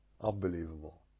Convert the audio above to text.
Unbelievable